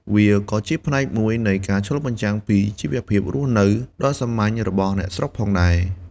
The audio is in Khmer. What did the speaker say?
វាក៏ជាផ្នែកមួយនៃការឆ្លុះបញ្ចាំងពីជីវភាពរស់នៅដ៏សាមញ្ញរបស់អ្នកស្រុកផងដែរ។